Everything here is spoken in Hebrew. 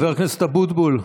חבר הכנסת אבוטבול,